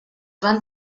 van